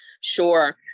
Sure